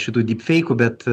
šitų dyp feikų bet